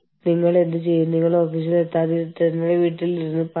അതിനാൽ നിങ്ങളുടെ നിങ്ങളുടെ ഫിസിക്കൽ ലൊക്കേഷൻ അടച്ചുപൂട്ടുകയാണ്